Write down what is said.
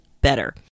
better